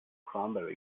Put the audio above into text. cranberry